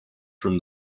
from